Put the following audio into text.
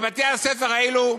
ובבתי-הספר האלה,